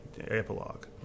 epilogue